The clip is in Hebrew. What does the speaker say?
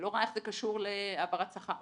לא רואה איך זה קשור להעברת שכר,